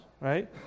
right